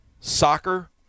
soccer